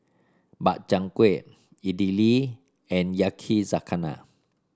Makchang Gui Idili and Yakizakana